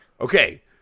Okay